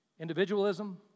Individualism